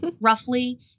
roughly